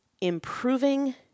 improving